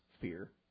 fear